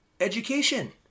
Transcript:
education